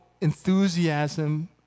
enthusiasm